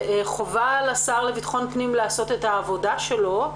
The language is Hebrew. חובה על השר לביטחון פנים לעשות את העבודה שלו,